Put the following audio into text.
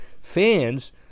fans